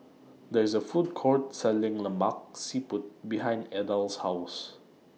There IS A Food Court Selling Lemak Siput behind Adell's House